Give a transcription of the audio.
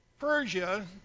Persia